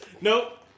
nope